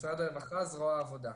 משרד הרווחה, זרוע העבודה.